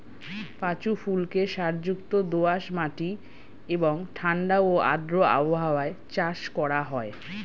পাঁচু ফুলকে সারযুক্ত দোআঁশ মাটি এবং ঠাণ্ডা ও আর্দ্র আবহাওয়ায় চাষ করা হয়